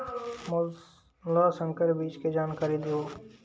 मोला संकर बीज के जानकारी देवो?